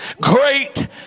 great